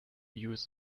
use